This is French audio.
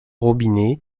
robinet